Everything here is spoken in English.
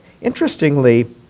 interestingly